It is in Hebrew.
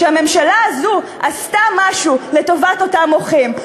שהממשלה הזו עשתה משהו לטובת אותם מוחים.